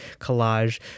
collage